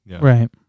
Right